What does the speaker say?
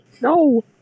No